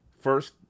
first